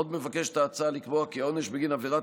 עוד מבקשת ההצעה לקבוע כי העונש בגין עבירת